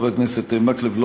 חבר הכנסת מקלב,